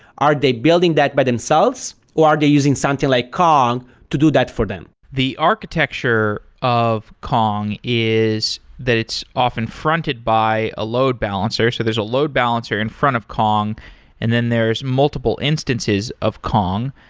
are they building that by themselves or are they using something like kong to do that for them? the architecture of kong is that it's often fronted by a load balancer. so there's a load balancer in front of kong and then there are multiple instances of kong.